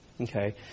Okay